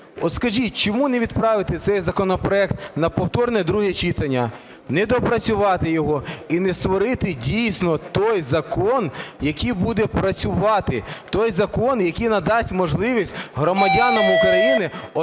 От скажіть, чому не відправити цей законопроект на повторне друге читання, не доопрацювати його і не створити дійсно той закон, який буде працювати, той закон, який надасть можливість громадянам України